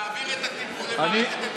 אמרתי להעביר את הטיפול למערכת הביטחון.